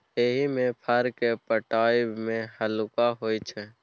एहिमे फर केँ पटाएब मे हल्लुक होइ छै